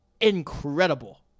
Incredible